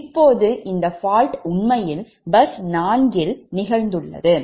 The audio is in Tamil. இப்போது அந்த fault உண்மையில் பஸ் 4 இல் நிகழ்ந்துள்ளது